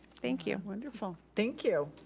thank you. wonderful. thank you.